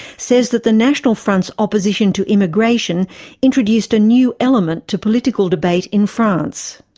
says that the national front's opposition to immigration introduced a new element to political debate in france.